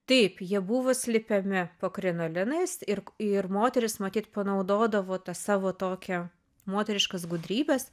taip jie buvo slepiami po krinolinais ir ir moterys matyt panaudodavo savo tokią moteriškas gudrybes